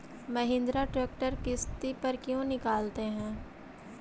Mahindra tractor किसति पर क्यों निकालते हैं?